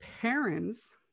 parents